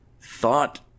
thought